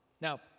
Now